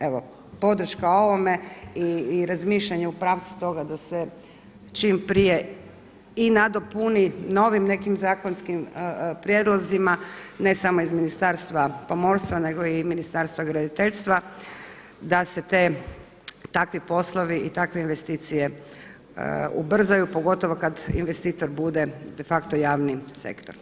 Evo, podrška ovome i razmišljanje u pravcu toga da se čim prije i nadopuni novim nekim zakonskim prijedlozima, ne samo iz Ministarstva pomorstva nego i Ministarstva graditeljstva da se te, takvi poslovi i takve investicije ubrzaju pogotovo kada investitor bude de facto javni sektor.